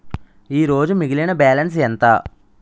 ఈరోజు మిగిలిన బ్యాలెన్స్ ఎంత?